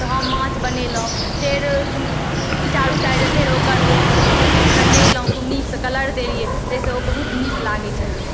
तऽ हम माछ बनेलहुँ फेर चारू साइडे फेर ओकर सजेलहुँ खूब नीकसँ कलर देलियै तैसँ ओ बहुत नीक लागय छलै